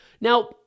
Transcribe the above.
Now